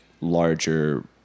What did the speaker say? larger